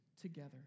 together